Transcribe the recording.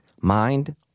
mind